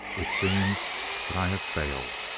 it seems that i have failed.